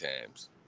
times